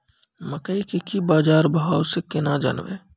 मकई के की बाजार भाव से केना जानवे?